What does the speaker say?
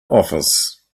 office